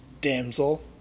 Damsel